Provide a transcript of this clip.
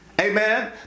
Amen